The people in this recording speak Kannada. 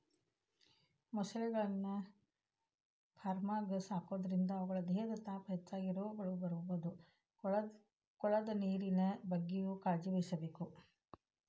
ಮೊಸಳೆಗಳನ್ನ ಫಾರ್ಮ್ನ್ಯಾಗ ಸಾಕೋದ್ರಿಂದ ಅವುಗಳ ದೇಹದ ತಾಪ ಹೆಚ್ಚಾಗಿ ರೋಗಗಳು ಬರ್ಬೋದು ಕೊಳದ ನೇರಿನ ಬಗ್ಗೆನೂ ಕಾಳಜಿವಹಿಸಬೇಕು